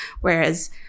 whereas